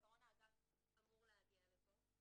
האגף אמור להגיע לפה,